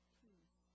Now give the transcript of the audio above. peace